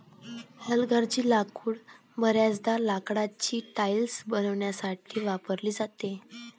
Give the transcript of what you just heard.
हलगर्जी लाकूड बर्याचदा लाकडाची टाइल्स बनवण्यासाठी वापरली जाते